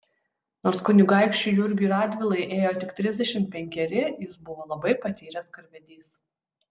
nors kunigaikščiui jurgiui radvilai ėjo tik trisdešimt penkeri jis buvo labai patyręs karvedys